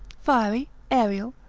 fiery, aerial,